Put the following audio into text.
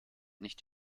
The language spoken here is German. nicht